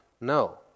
No